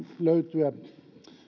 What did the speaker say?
löytyä